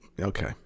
Okay